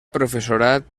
professorat